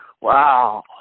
Wow